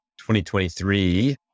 2023